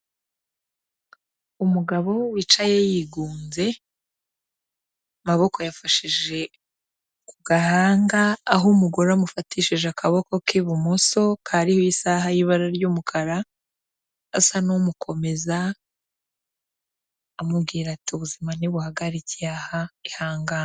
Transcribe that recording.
Umugabo wicaye yigunze, amaboko ayafashije ku gahanga, aho umugore amufatishije akaboko k'ibumoso kariho isaha y'ibara ry'umukara, asa n'umukomeza, amubwira ati: "Ubuzima ntibuhagarikiye aha, ihangane."